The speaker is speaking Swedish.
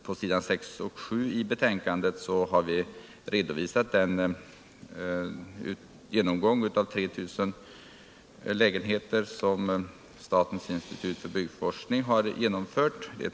På s. 6 och 7 i utskottsbetänkandet har vi redovisat den genomgång av 3 000 lägenheter som statens institut för byggnadsforskning har genomfört.